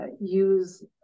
use